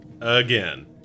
again